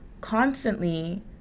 constantly